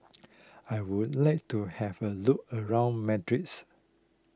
I would like to have a look around Madrids